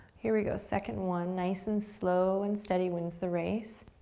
here we go. second one, nice and slow and steady wins the race.